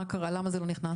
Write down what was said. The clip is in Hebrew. מה קרה עם זה למה זה לא נכנס?